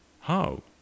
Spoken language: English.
How